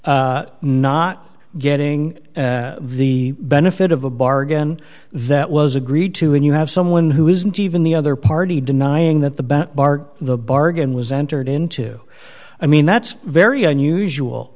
not getting the benefit of a bargain that was agreed to and you have someone who isn't even the other party denying that the back bar the bargain was entered into i mean that's very unusual